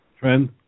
trend